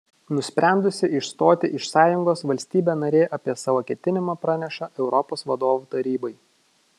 nusprendusi išstoti iš sąjungos valstybė narė apie savo ketinimą praneša europos vadovų tarybai